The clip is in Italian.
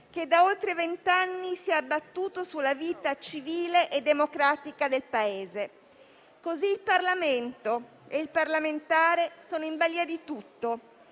che da oltre vent'anni si sono abbattuti sulla vita civile e democratica del Paese. Così il Parlamento e il parlamentare sono in balia di tutto,